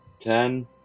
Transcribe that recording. Ten